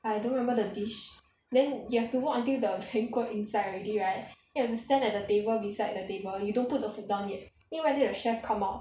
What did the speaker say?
I don't remember the dish then you have to walk until the banquet inside already right then you have to stand at the table beside the table you don't put the food down yet then wait until the chef come out